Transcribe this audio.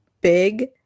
big